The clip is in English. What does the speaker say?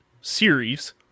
series